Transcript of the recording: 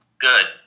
good